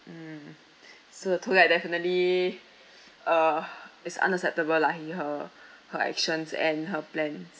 mm so the tour guide definitely uh is unacceptable lah he her her actions and her plans